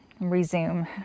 resume